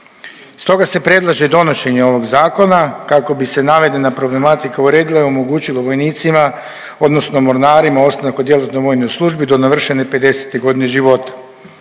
Stoga se predlaže donošenje ovog zakona kako bi se navedena problematika uredila i omogućilo vojnicima, odnosno mornarima ostanak u djelatnoj vojnoj službi do navršene 50 godina života.